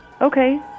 Okay